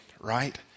right